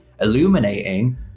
illuminating